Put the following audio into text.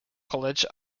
college